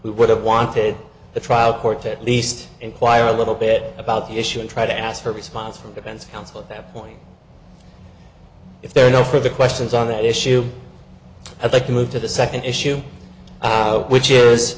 would have wanted the trial court to at least inquire a little bit about the issue and try to ask for response from the band's consul at that point if there are no further questions on that issue i'd like to move to the second issue which is